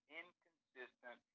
inconsistent